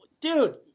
Dude